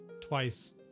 twice